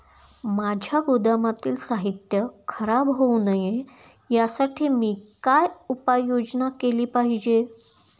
माझ्या गोदामातील साहित्य खराब होऊ नये यासाठी मी काय उपाय योजना केली पाहिजे?